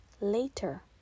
Later